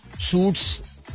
suits